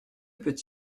peut